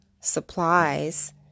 supplies